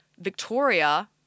Victoria